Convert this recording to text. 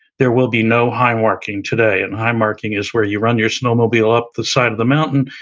there will be no highmarking today. and highmarking is where you run your snowmobile up the side of the mountain,